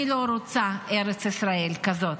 אני לא רוצה ארץ ישראל כזאת.